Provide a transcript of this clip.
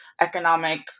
economic